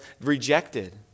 rejected